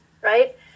right